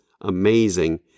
amazing